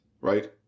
right